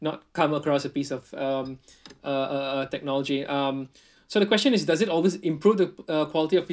not come across a piece of um uh uh uh technology um so the question is does it always improve the uh quality of